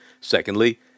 Secondly